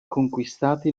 conquistati